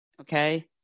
Okay